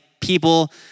people